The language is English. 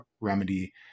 Remedy